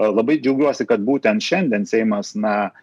labai džiaugiuosi kad būtent šiandien seimas na